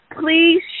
Please